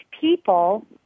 people